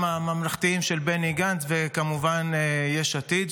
הממלכתיים של בני גנץ וכמובן יש עתיד,